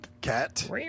cat